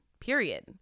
period